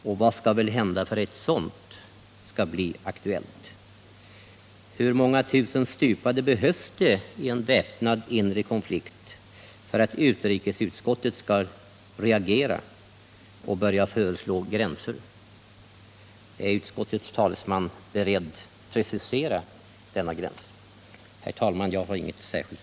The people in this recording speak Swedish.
Och vad skall hända för att ett sådant skall bli aktuellt? Hur många tusen stupade behövs det i en väpnad inre konflikt för att utrikesutskottet skall reagera och föreslå en gräns? Är utskottets talesman beredd att precisera denna gräns? Herr talman jag har inget yrkande.